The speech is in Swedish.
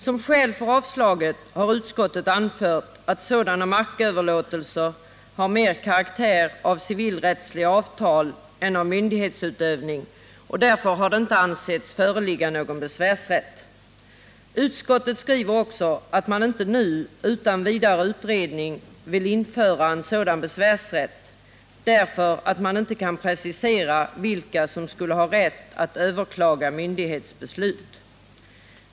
Som skäl för avslag har utskottet anfört at. sådana marköverlåtelser mer har karaktär av civilrättsliga avtal än av myndighetsutövning, och därför har det inte ansetts föreligga någon besvärsrätt. Utskottet skriver också att man inte nu, utan vidare utredning, vill införa en sådan besvärsrätt, därför att man inte kan precisera vilka som skulle ha rätt att överklaga myndighets beslut.